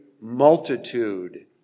multitude